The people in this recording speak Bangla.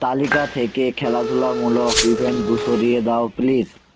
তালিকা থেকে খেলাধুলামূলক ইভেন্ট গুলো সরিয়ে দাও প্লিজ